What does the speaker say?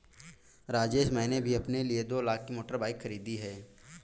राजेश मैंने भी अपने लिए दो लाख की मोटर बाइक खरीदी है